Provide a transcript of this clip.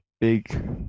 big